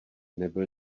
nebyl